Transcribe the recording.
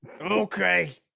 okay